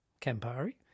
Campari